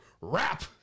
rap